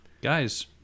Guys